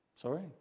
Sorry